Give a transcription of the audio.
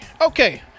Okay